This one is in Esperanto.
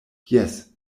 jes